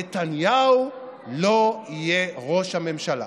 נתניהו לא יהיה ראש הממשלה.